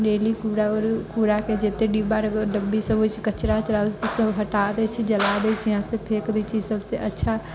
daily कुड़ा कूड़ाके जतेक डिब्बासभ डब्बीसभ होइत छै कचरा वचरा सभ हटा दैत छै जला दैत छै यहाँसँ फेँक दैत छै सभसँ अच्छा